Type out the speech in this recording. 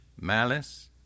malice